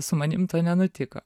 su manim to nenutiko